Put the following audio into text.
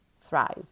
thrive